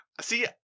See